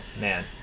man